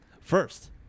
First